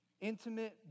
intimate